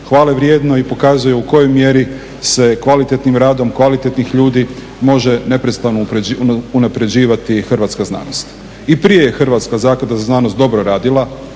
hvale vrijedno i pokazuje u kojoj mjeri se kvalitetnim radom, kvalitetnih ljudi može neprestano unaprjeđivati hrvatska znanosti. I prije je Hrvatske zaklada za znanost dobro radila